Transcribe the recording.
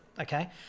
Okay